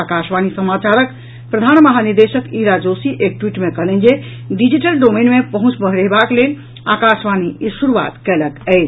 आकाशवाणी समाचारक प्रधान महानिदेशक ईरा जोशी एक ट्वीट मे कहलनि जे डिजिटल डोमेन मे पहुंच बढ़ेबाक लेल आकशवाणी ई शुरूआत कयलक अछि